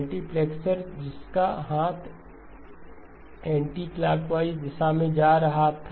multiplexer जिसका हाथ anticlockwise दिशा में जा रहा है